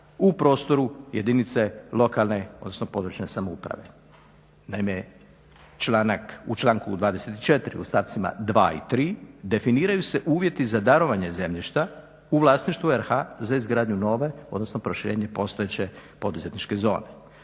u prostoru jedinice lokalne, odnosno područne samouprave. Naime, u članku 24. u stavcima dva i tri definiraju se uvjeti za darovanje zemljišta u vlasništvu RH za izgradnju nove, odnosno proširenje postojeće poduzetničke zone.